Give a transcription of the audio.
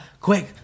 Quick